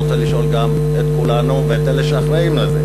ואני רוצה לשאול גם את כולנו ואת אלה שאחראים לזה: